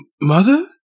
mother